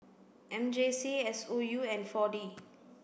M J C S O U and four D